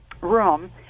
room